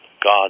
God